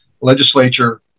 Legislature